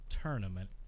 Tournament